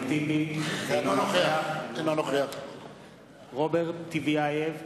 אינו נוכח רוברט טיבייב,